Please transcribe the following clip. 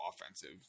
offensive